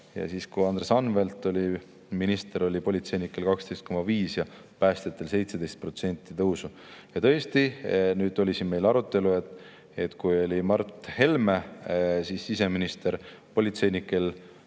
Ja siis, kui Andres Anvelt oli minister, oli politseinikel 12,5% ja päästjatel 17% tõusu. Ja tõesti, meil oli siin arutelu, et kui Mart Helme oli siseminister, siis